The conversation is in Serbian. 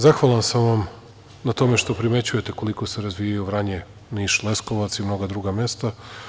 Zahvalan sam vam na tome što primećujete koliko se razvijaju Vranje, Niš, Leskova i mnoga druga mesta.